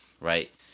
Right